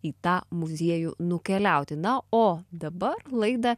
į tą muziejų nukeliauti na o dabar laidą